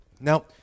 Now